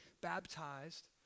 baptized